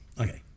okay